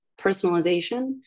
personalization